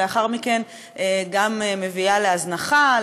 שלאחר מכן גם מביאה להזנחה,